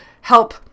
help